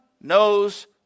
knows